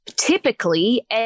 typically